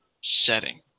setting